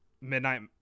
midnight